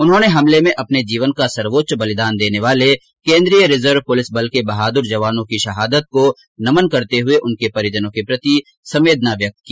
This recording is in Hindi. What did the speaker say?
उन्होंने हमले में अपने जीवन का सर्वोच्च बलिदान देने वाले केन्द्रीय रिजर्व प्रलिस बल के बहादुर जवानों की शहादत को नमन करते हुए उनके परिजनों के प्रति संवेदना व्यक्त की